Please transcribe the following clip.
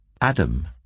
Adam